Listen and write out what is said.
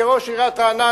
כראש עיריית רעננה,